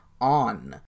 on